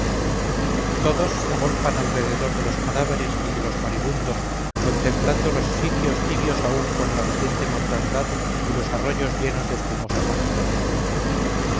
todos se agolpan alrededor de los cadáveres y de los moribundos contemplando los sitios tibios aún con la reciente mortandad y los arroyos llenos de espumosa sangre